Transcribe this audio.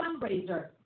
fundraiser